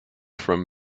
from